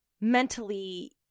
mentally